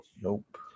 Nope